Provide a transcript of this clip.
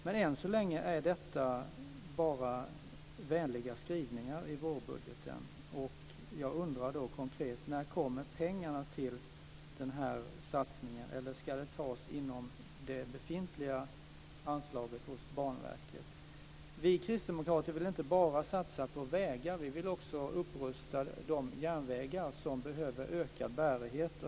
Men än så länge är detta bara vänliga skrivningar i vårbudgeten. Jag undrar konkret när pengarna kommer till den här satsningen. Eller ska det tas inom det befintliga anslaget hos Banverket? Vi kristdemokrater vill inte bara satsa på vägar. Vi vill också upprusta de järnvägar som behöver ökad bärighet.